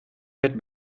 werd